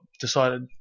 decided